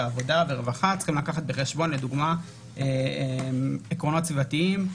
העבודה והרווחה צריכים לקחת בחשבון עקרונות סביבתיים,